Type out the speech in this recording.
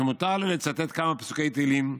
"שמותר לי לצטט כמה פסוקי תהילים,